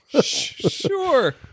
Sure